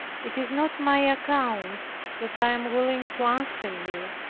it is not my account that i am willing to answer you,